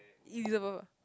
Elizabeth ah